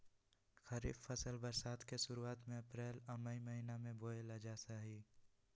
खरीफ फसल बरसात के शुरुआत में अप्रैल आ मई महीना में बोअल जा हइ